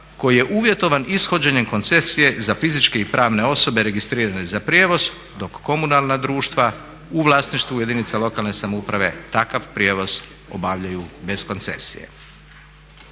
koji je uvjetovan ishođenjem koncesije za fizičke i pravne osobe registrirane za prijevoz dok komunalna društva u vlasništvu jedinica lokalne samouprave takav prijevoz obavljaju bez koncesije.